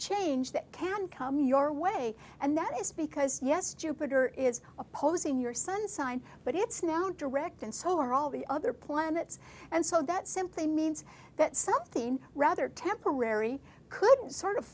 change that can come your way and that is because yes jupiter is opposing your sun sign but it's now direct and so are all the other planets and so that simply means that something rather temporary could sort of